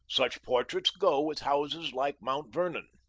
such portraits go with houses like mount vernon.